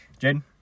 Jaden